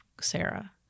Sarah